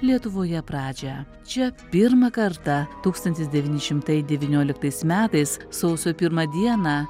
lietuvoje pradžią čia pirmą kartą tūkstantis devyni šimtais devynioliktais metais sausio pirmą dieną